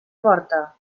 porta